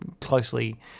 closely